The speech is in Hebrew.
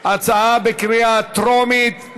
הצעה בקריאה טרומית.